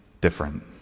different